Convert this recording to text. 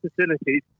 facilities